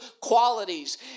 qualities